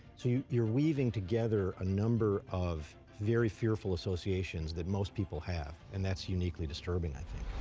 so you're weaving together a number of very fearful associations that most people have, and that's uniquely disturbing, i think.